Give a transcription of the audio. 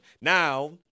Now